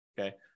okay